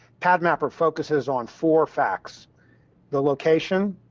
padmapper focuses on four facts the location,